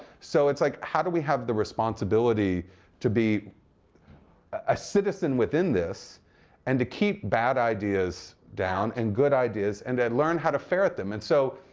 so it's like how do we have the responsibility to be a citizen within this and to keep bad ideas down and good ideas and to learn how to ferret them? and so,